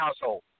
household